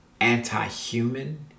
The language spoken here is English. anti-human